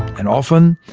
and often,